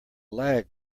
lag